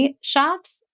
shops